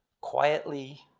quietly